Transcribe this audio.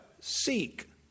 seek